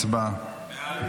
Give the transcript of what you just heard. הצבעה.